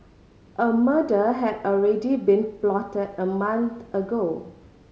a murder had already been plotted a month ago